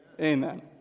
Amen